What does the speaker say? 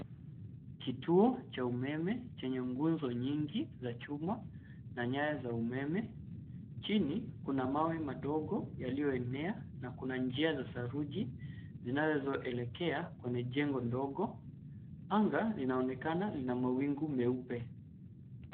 Kituo cha umeme chenye nguzo nyingi za chuma na nyaya ya umeme. Chini kuna mawe madogo yaliyoenea na kuna njia za saruji zinazoelekea kwenye jengo ndogo. Anga linaonekana lina mawingu meupe.